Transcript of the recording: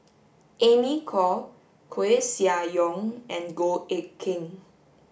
Amy Khor Koeh Sia Yong and Goh Eck Kheng